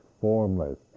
formless